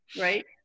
right